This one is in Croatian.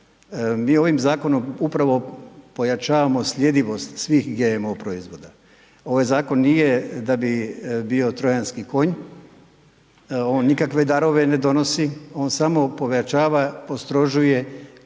Mi ovim zakonom upravo pojačavamo sljedivost svih GMO proizvoda. Ovaj zakon nije da bi bio Trojanski konj, on nikakve darove ne donosi, on samo pojačava, postrožuje